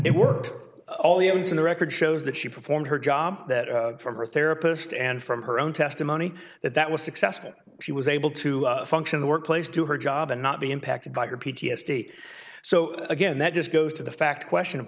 it worked all the ends in the record shows that she performed her job that from her therapist and from her own testimony that that was successful she was able to function the workplace do her job and not be impacted by her p t s d so again that just goes to the fact question of